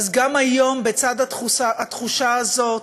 אז גם היום, בצד התחושה הזאת,